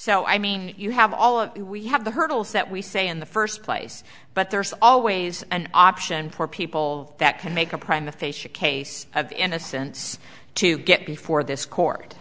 so i mean you have all of it we have the hurdles that we say in the first place but there's always an option for people that can make a prime official case of innocence to get before this court